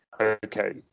okay